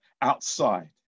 outside